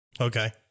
Okay